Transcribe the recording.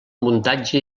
muntatge